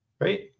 right